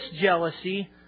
jealousy